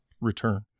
return